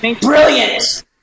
brilliant